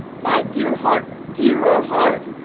my dear heart's dearer heart,